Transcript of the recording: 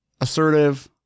Assertive